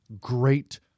great